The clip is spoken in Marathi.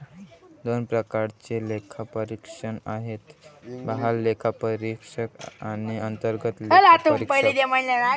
दोन प्रकारचे लेखापरीक्षक आहेत, बाह्य लेखापरीक्षक आणि अंतर्गत लेखापरीक्षक